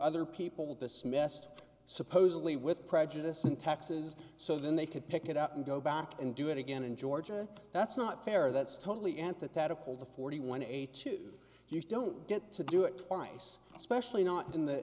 other people dismissed supposedly with prejudice and taxes so then they could pick it up and go back and do it again in ga that's not fair that's totally antithetical to forty one eighty two you don't get to do it twice especially not in the